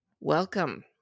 Welcome